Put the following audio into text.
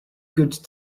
good